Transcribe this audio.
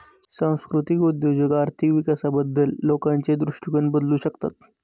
सांस्कृतिक उद्योजक आर्थिक विकासाबद्दल लोकांचे दृष्टिकोन बदलू शकतात